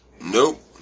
Nope